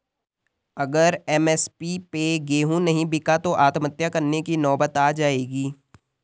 अगर एम.एस.पी पे गेंहू नहीं बिका तो आत्महत्या करने की नौबत आ जाएगी